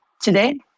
today